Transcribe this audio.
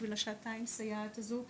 בשביל השעתיים סייעת הזו,